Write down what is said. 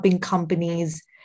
companies